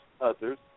others